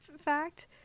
fact